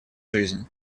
жизнь